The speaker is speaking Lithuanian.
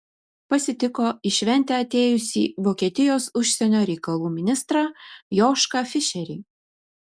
pasitiko į šventę atėjusį vokietijos užsienio reikalų ministrą jošką fišerį